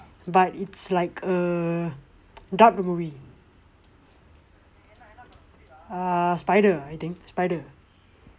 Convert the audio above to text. but it's like a dark movie err spider I think spider